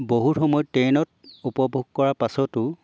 বহুত সময় ট্ৰেইনত উপভোগ কৰাৰ পাছতো